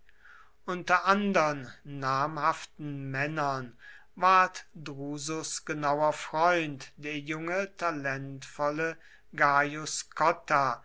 unter andern namhaften männern ward drusus genauer freund der junge talentvolle gaius cotta